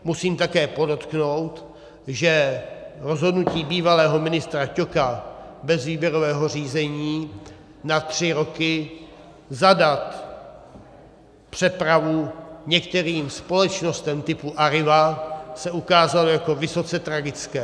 Musím také podotknout, že rozhodnutí bývalého ministra Ťoka bez výběrového řízení na tři roky zadat přepravu některým společnostem typu Arriva se ukázalo jako vysoce tragické.